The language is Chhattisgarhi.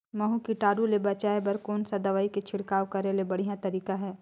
महू कीटाणु ले बचाय बर कोन सा दवाई के छिड़काव करे के बढ़िया तरीका हे?